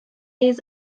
his